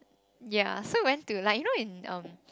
ya so we went to like you know in um